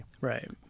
Right